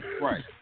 Right